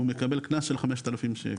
הוא מקבל קנס של 5,000 שקל.